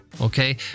Okay